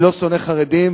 אני לא שונא חרדים,